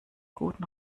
guten